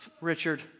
Richard